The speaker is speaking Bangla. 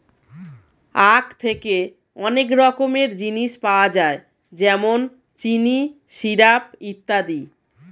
আখ থেকে অনেক রকমের জিনিস পাওয়া যায় যেমন চিনি, সিরাপ ইত্যাদি